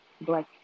black